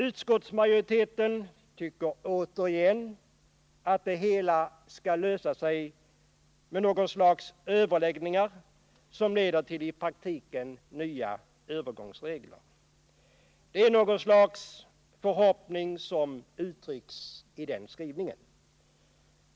Utskottsmajoriteten tycker återigen att det hela skall lösa sig med något slags överläggningar som leder till i praktiken nya övergångsregler. Det är något slags förhoppning som uttrycks i den skrivningen.